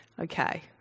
Okay